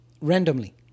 randomly